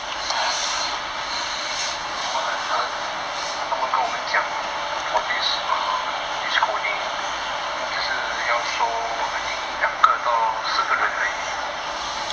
um cause um from what I heard 他们跟我们讲 for this um this coding 他们只是要收 I think 两个到四个人而已